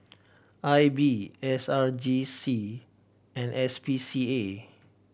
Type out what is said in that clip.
I B S R J C and S P C A